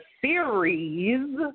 series